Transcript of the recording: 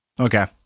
Okay